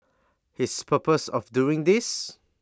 his purpose of doing this